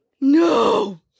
No